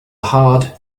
hard